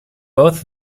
both